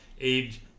age